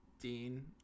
Dean